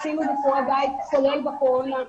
עשינו ביקורי בית, כולל בקורונה.